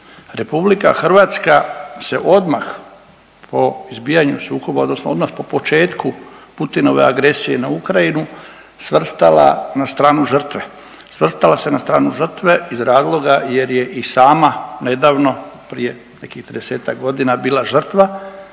sukoba odnosno odmah po početku Putinove agresije na Ukrajinu svrstala na stranu žrtve. Svrstala se na stranu žrtve iz razloga jer je i sama nedavno, prije nekih 30-ak godina bila žrtva